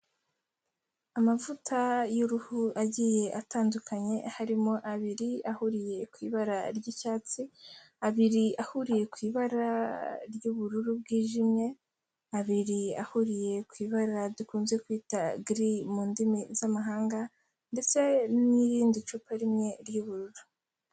Amavuta y'uruhu agiye atandukanye harimo abiri ahuriye ku ibara ry'icyatsi, abiri ahuriye ku ibara ry'ubururu bwijimye, abiriye ahuriye ku ibara dukunze kwita giri mu ndimi z'amahanga ndetse n'irindi cupa rimwe ry'ubururu.